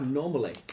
normally